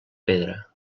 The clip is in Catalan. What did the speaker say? pedra